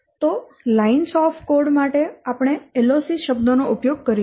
તો lines of code માટે આપણે LOC શબ્દ નો ઉપયોગ કરીશું